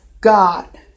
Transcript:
God